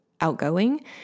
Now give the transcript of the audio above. outgoing